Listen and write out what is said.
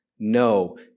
No